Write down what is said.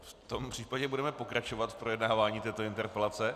V tom případě budeme pokračovat v projednávání této interpelace.